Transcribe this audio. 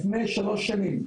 לפני שלוש שנים,